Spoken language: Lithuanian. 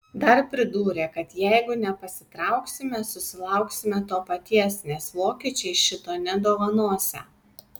dar pridūrė kad jeigu nepasitrauksime susilauksime to paties nes vokiečiai šito nedovanosią